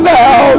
now